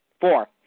Four